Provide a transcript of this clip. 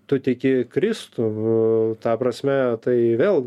tu tiki kristų ta prasme tai vėl